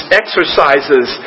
exercises